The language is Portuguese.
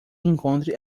encontre